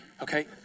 okay